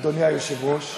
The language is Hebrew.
אדוני היושב-ראש,